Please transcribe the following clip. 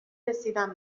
رسیدم